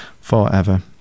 forever